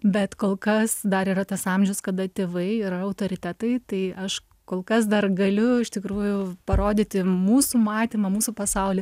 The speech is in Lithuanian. bet kol kas dar yra tas amžius kada tėvai yra autoritetai tai aš kol kas dar galiu iš tikrųjų parodyti mūsų matymą mūsų pasaulį